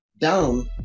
down